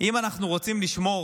אם אנחנו רוצים לשמור